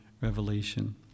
revelation